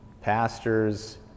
pastors